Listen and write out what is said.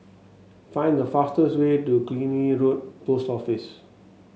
find the fastest way to Killiney Road Post Office